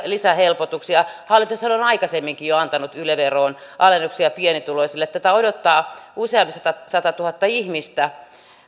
lisähelpotuksia hallitushan on aikaisemminkin jo antanut yle veroon alennuksia pienituloisille tätä odottaa useampi satatuhatta ihmistä